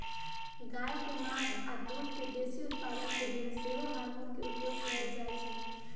गाय के मास आऽ दूध के बेशी उत्पादन के लेल सेहो हार्मोन के उपयोग कएल जाइ छइ